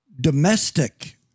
domestic